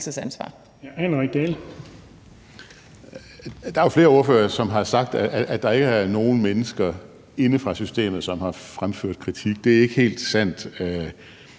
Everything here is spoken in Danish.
Kl. 14:17 Henrik Dahl (LA): Der er jo flere ordførere, som har sagt, at der ikke er nogen mennesker inde fra systemet, som har fremført kritik. Det er ikke helt sandt.